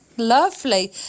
lovely